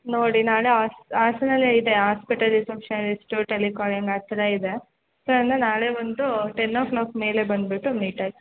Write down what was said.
ನೋಡಿ ನಾಳೆ ಆಸ್ ಹಾಸನಲ್ಲೇ ಇದೆ ಆಸ್ಪಿಟಲ್ ರೆಸೆಪ್ಷನಲಿಷ್ಟು ಟೆಲಿಕಾಲಿಂಗ್ ಆ ಥರ ಇದೆ ಸೊ ಅಂದ್ರೆ ನಾಳೆ ಒಂದು ಟೆನ್ ಓ ಕ್ಲಾಕ್ ಮೇಲೆ ಬಂದುಬಿಟ್ಟು ಮೀಟಾಗಿ